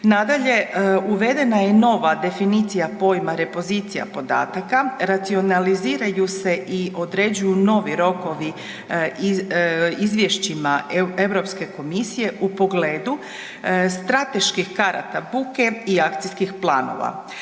Nadalje, uvedena je nova definicija pojma repozicija podataka, racionaliziraju se i određuju novi rokovi izvješćima Europske komisije u pogledu strateških karata buke i akcijskih planova.